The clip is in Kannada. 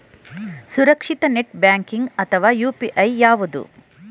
ಸುರಕ್ಷಿತ ನೆಟ್ ಬ್ಯಾಂಕಿಂಗ್ ಅಥವಾ ಯು.ಪಿ.ಐ ಯಾವುದು?